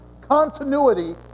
continuity